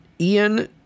Ian